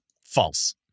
False